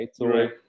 right